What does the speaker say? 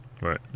Right